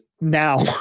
now